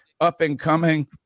up-and-coming